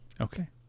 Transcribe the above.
Okay